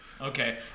Okay